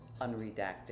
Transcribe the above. Unredacted